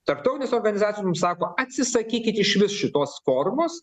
tarptautinės organizacijoms mums sako atsisakykit išvis šitos formos